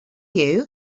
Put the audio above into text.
you